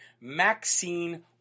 Maxine